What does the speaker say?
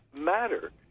matter